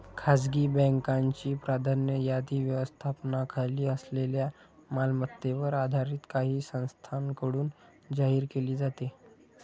खासगी बँकांची प्राधान्य यादी व्यवस्थापनाखाली असलेल्या मालमत्तेवर आधारित काही संस्थांकडून जाहीर केली जाते